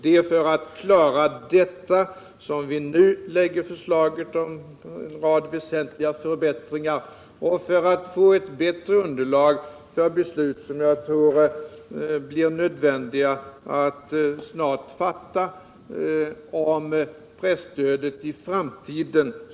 Det är för att lösa dessa problem som vi nu lägger fram förslaget om en rad väsentliga förbättringar, men också aviserar en utredning för att få ett bättre underlag för de beslut som jag tror kommer att bli nödvändiga att fatta längre fram.